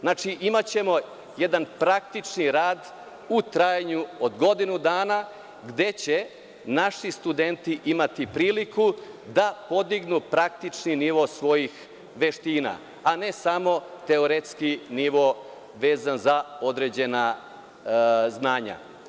Znači, imaćemo jedan praktični rad u trajanju od godinu dana gde će naši studenti imati priliku da podignu praktični nivo svojih veština, a ne samo teoretski nivo vezan za određena znanja.